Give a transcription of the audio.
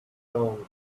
down